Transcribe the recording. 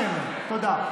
תודה.